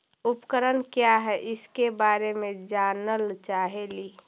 उपकरण क्या है इसके बारे मे जानल चाहेली?